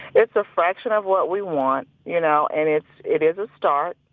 it's a fraction of what we want, you know? and it it is a start.